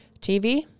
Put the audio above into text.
TV